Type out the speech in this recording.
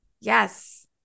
Yes